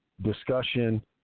discussion